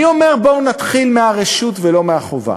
אני אומר, בואו נתחיל מהרשות, ולא מהחובה.